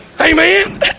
Amen